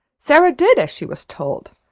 sara did as she was told.